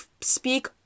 speak